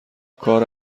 کار